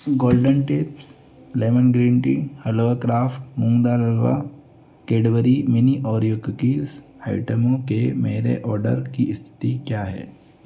golden Tips lemon green tea halwa craft moong dal halwa Cadbury mini Oreo cookies आइटमों के मेरे order की स्थिति क्या है